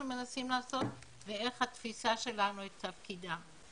מנסים לעשות ואיך התפיסה שלנו את תפקידם.